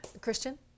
christian